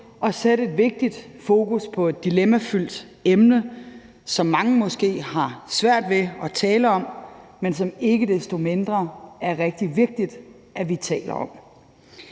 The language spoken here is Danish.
at sætte et vigtigt fokus på et dilemmafyldt emne, som mange måske har svært ved at tale om, men som det ikke desto mindre er rigtig vigtigt at vi taler om.